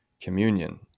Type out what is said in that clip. communion